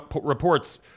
reports